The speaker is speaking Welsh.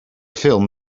ffilm